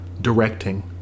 directing